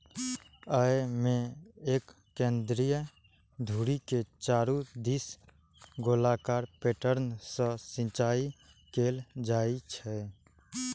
अय मे एक केंद्रीय धुरी के चारू दिस गोलाकार पैटर्न सं सिंचाइ कैल जाइ छै